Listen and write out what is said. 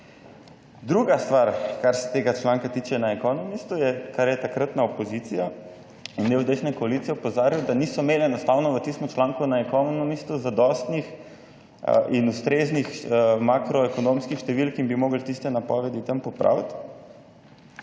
Druga stvar, kar se tega članka tiče, na Economistu je, kar je takratna opozicija in del desne koalicije opozarjal, da niso imeli enostavno v tistem članku na Economistu zadostnih in ustreznih makroekonomskih številk in bi mogli tiste napovedi tam popraviti.